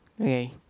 Okay